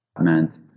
meant